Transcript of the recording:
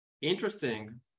interesting